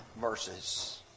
verses